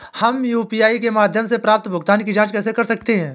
हम यू.पी.आई के माध्यम से प्राप्त भुगतान की जॉंच कैसे कर सकते हैं?